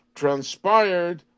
transpired